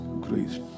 grace